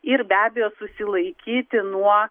ir be abejo susilaikyti nuo